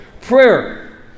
prayer